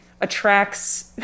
attracts